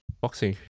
Boxing